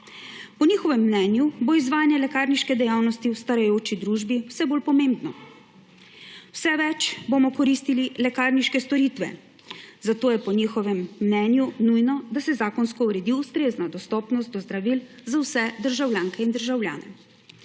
Po njihovem mnenju bo izvajanje lekarniške dejavnosti v starajoči družbi vse bolj pomembno. Vse več bomo koristili lekarniške storitve, zato je po njihovem mnenju nujno, da se zakonsko uredi ustrezna dostopnost do zdravil za vse državljanke in državljane.